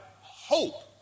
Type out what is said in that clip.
hope